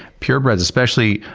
purebreds especially,